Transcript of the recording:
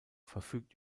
verfügt